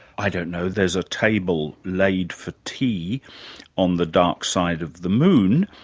i don't know, there's a table laid for tea on the dark side of the moon,